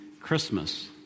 Christmas